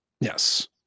Yes